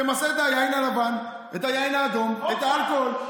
תמסה את היין הלבן, את היין האדום, את האלכוהול.